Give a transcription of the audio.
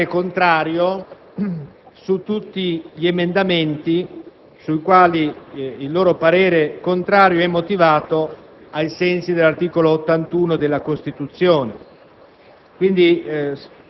esprima parere contrario su tutti gli emendamenti sui quali il parere è contrario e motivato ai sensi dell'articolo 81 della Costituzione.